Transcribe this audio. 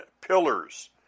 pillars